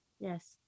Yes